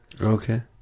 Okay